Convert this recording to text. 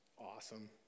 awesome